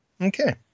Okay